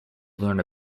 learn